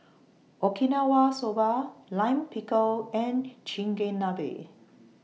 Okinawa Soba Lime Pickle and Chigenabe